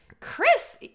Chris